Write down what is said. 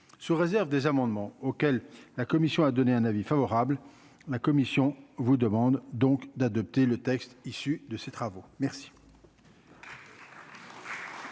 sous réserve des amendements auxquels la Commission a donné un avis favorable, la Commission vous demande donc d'adopter le texte issu de ces travaux, merci.